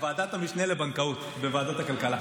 ועדת המשנה לבנקאות בוועדת הכלכלה.